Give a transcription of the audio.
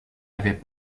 avaient